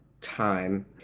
time